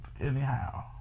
anyhow